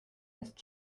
ist